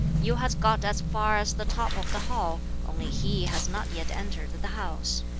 yu has got as far as the top of the hall only he has not yet entered the house.